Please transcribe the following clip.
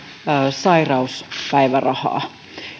sairauspäivärahaa